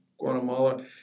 Guatemala